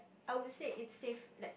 I would say it's safe like